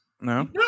No